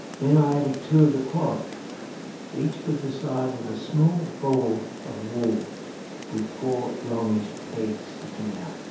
then i added two of the quads each was the size of a small ball of wool with four longish pegs sticking out.